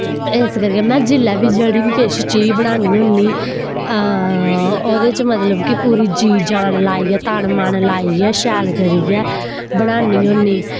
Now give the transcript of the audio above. इस करियै मैं जिसलै बी जेह्ड़ी बी किश चीज बनान्नी होन्नी ओह्दे च मतलब कि पूरी जी जान लाइयै तन मन लाइयै शैल करियै बनान्नी होन्नी